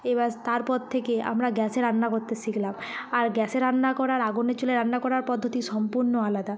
এবাস তারপর থেকে আমরা গ্যাসে রান্না করতে শিখলাম আর গ্যাসে রান্না করা আর আগুনের চুলায় রান্না করার পদ্ধতি সম্পূর্ণ আলাদা